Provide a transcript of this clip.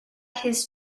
his